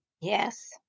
Yes